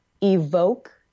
evoke